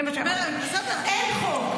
אין חוק.